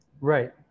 Right